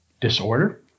Disorder